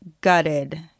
gutted